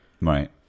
Right